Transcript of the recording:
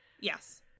Yes